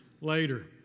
later